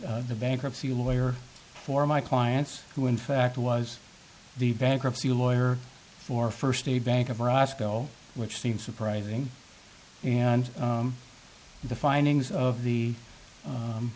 the bankruptcy lawyer for my clients who in fact was the bankruptcy lawyer for first a bank of roscoe which seemed surprising and the findings of the